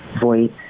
voice